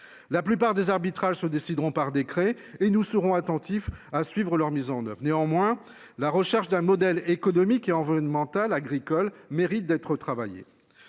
La plupart des arbitrages se décideront par décret et nous serons attentifs à suivre leur mise en oeuvre. Néanmoins, la recherche d'un modèle économique et en mental agricole mérite d'être retravaillé.